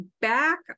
back